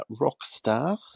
Rockstar